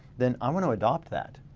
then i want to adopt that.